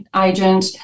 agent